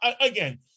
again